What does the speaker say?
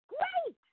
Great